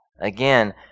Again